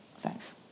Thanks